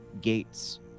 gates